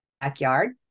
backyard